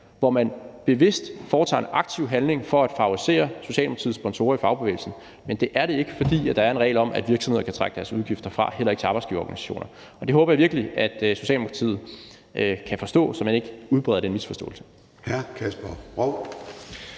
hvor man bevidst foretager en aktiv handling for at favorisere Socialdemokratiets sponsorer i fagbevægelsen. Men det er det ikke, fordi der er en regel om, at virksomheder kan trække deres udgifter fra, heller ikke til arbejdsgiverorganisationer. Det håber jeg virkelig at Socialdemokratiet kan forstå, så man ikke udbreder den misforståelse.